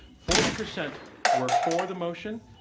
forty percent were for the motion,